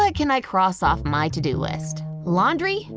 like can i cross off my to-do list laundry?